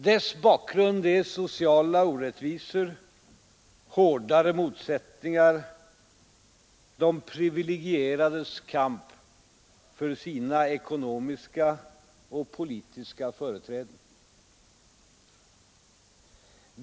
Dess bakgrund är sociala orättvisor, hårdare motsättningar samt de privilegierades kamp för sina ekonomiska och politiska företräden.